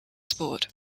sport